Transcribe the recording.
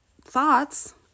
thoughts